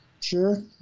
Sure